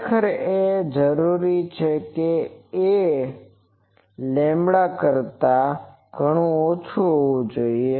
ખરેખર અને એ પણ જરૂરી છે કે 'a' λ લેમ્બડા કરતા ઘણું ઓછું હોવું જોઈએ